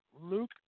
Luke